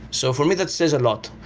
so for me, that says a lot.